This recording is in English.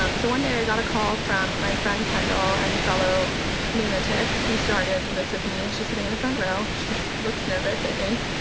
um so one day i got a call from my friend kendall and fellow lunatic who started this with me. she's sitting in the front row. she looks nervous, i think